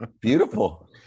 beautiful